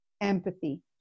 empathy